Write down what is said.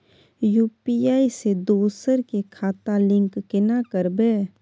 UPI से दोसर के खाता लिंक केना करबे?